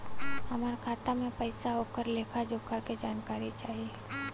हमार खाता में पैसा ओकर लेखा जोखा के जानकारी चाही?